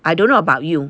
I don't know about you